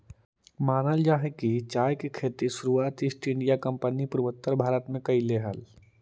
मानल जा हई कि चाय के खेती के शुरुआत ईस्ट इंडिया कंपनी पूर्वोत्तर भारत में कयलई हल